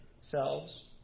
selves